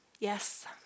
Yes